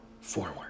forward